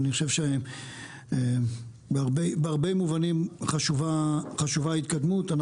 אני חושב שבהרבה מובנים חשובה התקדמות.